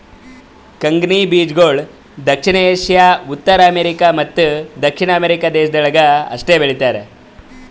ಕಂಗ್ನಿ ಬೀಜಗೊಳ್ ದಕ್ಷಿಣ ಏಷ್ಯಾ, ಉತ್ತರ ಅಮೇರಿಕ ಮತ್ತ ದಕ್ಷಿಣ ಅಮೆರಿಕ ದೇಶಗೊಳ್ದಾಗ್ ಅಷ್ಟೆ ಬೆಳೀತಾರ